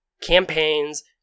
campaigns